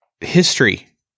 History